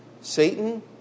Satan